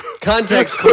Context